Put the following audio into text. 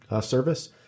service